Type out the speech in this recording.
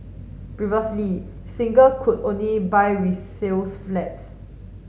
previously single could only buy resales flats